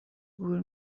گور